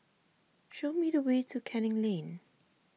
show me the way to Canning Lane